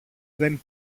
δεν